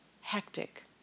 hectic